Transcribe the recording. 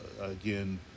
again